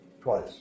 twice